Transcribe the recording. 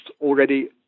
already